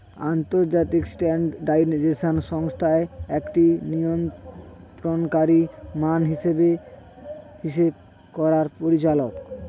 আন্তর্জাতিক স্ট্যান্ডার্ডাইজেশন সংস্থা একটি নিয়ন্ত্রণকারী মান হিসেব করার পরিচালক